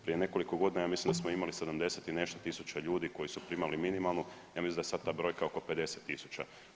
Prije nekoliko godina, ja mislim da smo imali 70 i nešto tisuća ljudi koji su primali minimalnu, ja mislim da je sad ta brojka oko 50 tisuća.